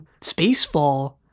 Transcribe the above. Spacefall